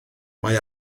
mae